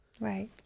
Right